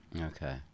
okay